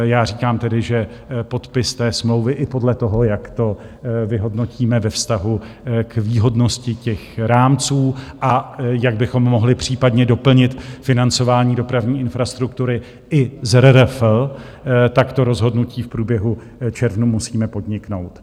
Já říkám tedy, že podpis smlouvy i podle toho, jak to vyhodnotíme ve vztahu k výhodnosti rámců a jak bychom mohli případně doplnit financování dopravní infrastruktury i z RRF, tak to rozhodnutí v průběhu června musíme podniknout.